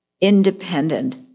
independent